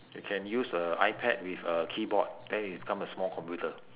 you can use a ipad with a keyboard then it become a small computer